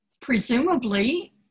presumably